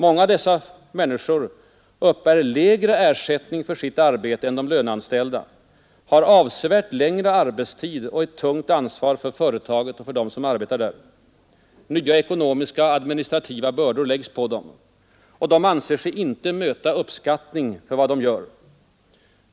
Många av dessa människor uppbär lägre ersättning för sitt arbete än de löneanställda, har avsevärt längre arbetstid och ett tungt ansvar för företaget och för dem som arbetar där. Nya ekonomiska och administrativa bördor läggs på dem. De anser sig inte möta uppskattning för vad de gör.